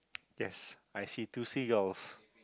yes I see two seagulls